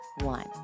One